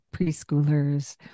preschoolers